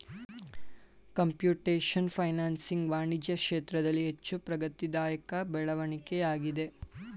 computation financing ವಾಣಿಜ್ಯ ಕ್ಷೇತ್ರದಲ್ಲಿ ಹೆಚ್ಚು ಪ್ರಗತಿದಾಯಕ ಬೆಳವಣಿಗೆಯಾಗಿದೆ